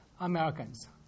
Americans